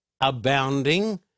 abounding